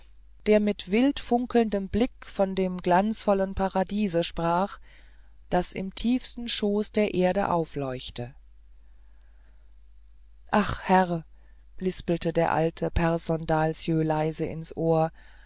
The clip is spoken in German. der mit wild funkelndem blick von dem glanzvollen paradiese sprach das im tiefen schoß der erde aufleuchte ach herr lispelte der alte pehrson dahlsjön leise ins ohr